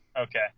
Okay